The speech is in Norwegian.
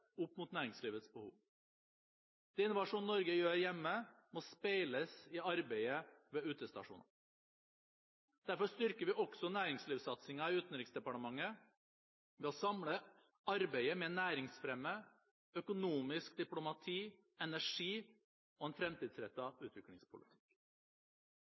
næringslivets behov. Det Innovasjon Norge gjør hjemme, må speiles i arbeidet ved utestasjonene. Derfor styrker vi også næringslivssatsingen i Utenriksdepartementet ved å samle arbeidet med næringsfremme, økonomisk diplomati, energi og en